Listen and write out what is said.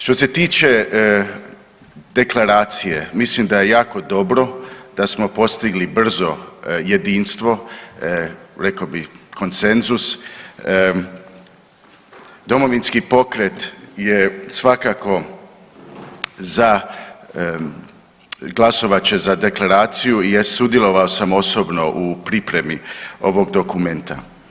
Što se tiče Deklaracije, mislim da je jako dobro da smo postigli brzo jedinstvo, rekao bi konsenzus, Domovinski pokret je svakako za, glasovat će za Deklaraciju jer, sudjelovao sam osobno u pripremi ovog dokumenta.